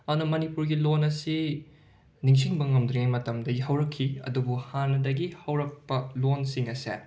ꯑꯗꯨꯅ ꯃꯅꯤꯄꯨꯔꯒꯤ ꯂꯣꯟ ꯑꯁꯤ ꯅꯤꯡꯁꯤꯡꯕ ꯉꯝꯗ꯭ꯔꯤꯉꯩ ꯃꯇꯝꯗꯒꯤ ꯍꯧꯔꯛꯈꯤ ꯑꯗꯨꯕꯨ ꯍꯥꯟꯅꯗꯒꯤ ꯍꯧꯔꯛꯄ ꯂꯣꯟꯁꯤꯡ ꯑꯁꯦ